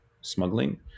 smuggling